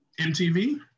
MTV